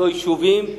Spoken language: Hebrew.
לא יישובים,